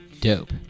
Dope